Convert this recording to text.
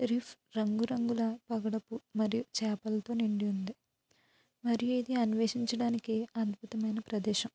reef రంగురంగుల పగడపు మరియు చేపలతో నిండి ఉంది మరియు ఇది అన్వేషించడానికి అద్బుతమైన ప్రదేశం